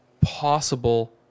possible